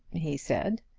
he said.